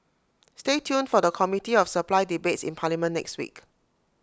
A product summary describes the features of an insurance product